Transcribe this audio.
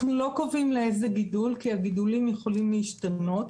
אנחנו לא קובעים לאיזה גידול כי הגידולים יכולים להשתנות,